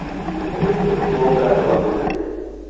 ꯁꯟꯗꯦ ꯅꯣꯡ ꯇꯥꯗ꯭ꯔꯣ ꯑꯗꯣꯝꯗꯗꯤ